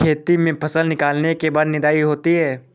खेती में फसल निकलने के बाद निदाई होती हैं?